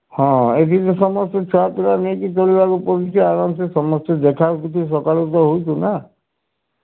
ହଁ ଏଠି ତ ସମସ୍ତେ ଛୁଆ ପିଲା ନେଇକି ଚଳିବାକୁ ପଡ଼ିଛି ଆରାମସେ ସମସ୍ତେ ଦେଖା ଦେଖି ସକାଳୁ ତ ହେଉଛୁ ନା